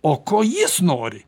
o ko jis nori